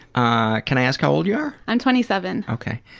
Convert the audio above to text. ah can i ask how old you are? i'm twenty seven. okay.